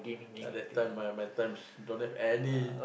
ya that time my my times don't have any